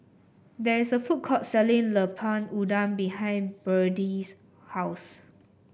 there is a food court selling Lemper Udang behind Byrdie's house